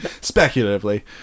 Speculatively